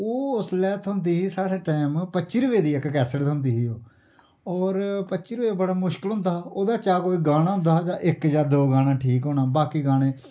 ओ उसलै थ्होंदी ही साढ़े टाइम पच्ची रपे दी इक कैसेट थ्होंदी ही और पच्ची रपे बड़ा मुश्कल होंदा हा उदे चा कोई गाना होंदा हा जां इक जां दो गाना ठीक होना बाकी गाने